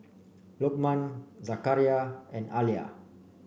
Lokman Zakaria and Alya